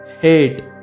hate